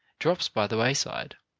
drops by the wayside.